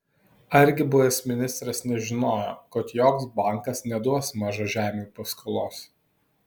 argi buvęs ministras nežinojo kad joks bankas neduos mažažemiui paskolos